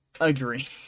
Agree